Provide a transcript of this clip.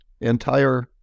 entire